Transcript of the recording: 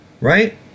right